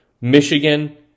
Michigan